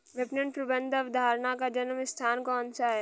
विपणन प्रबंध अवधारणा का जन्म स्थान कौन सा है?